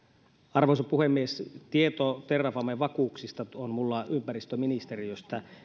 arvoisa puhemies tieto terrafamen vakuuksista on minulla ympäristöministeriöstä